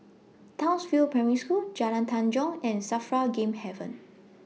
Townsville Primary School Jalan Tanjong and SAFRA Game Haven